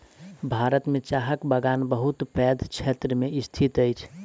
भारत में चाहक बगान बहुत पैघ क्षेत्र में स्थित अछि